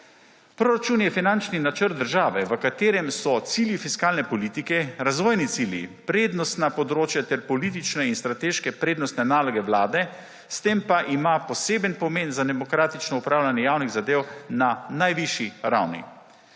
Proračun je finančni načrt države, v katerem so cilji fiskalne politike, razvojni cilji, prednostna področja ter politične in strateške prednostne naloge Vlade, s tem pa ima poseben pomen za demokratično upravljanje javnih zadev na najvišji ravni.